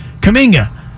Kaminga